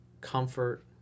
comfort